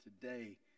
today